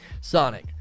Sonic